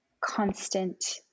constant